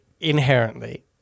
inherently